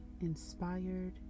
inspired